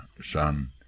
son